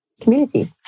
community